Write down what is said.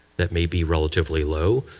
that may be relatively low.